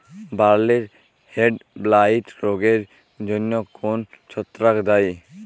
বার্লির হেডব্লাইট রোগের জন্য কোন ছত্রাক দায়ী?